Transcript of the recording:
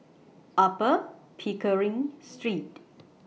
Upper Pickering Street